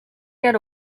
get